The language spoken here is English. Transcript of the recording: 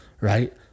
right